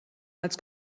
als